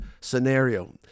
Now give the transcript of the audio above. scenario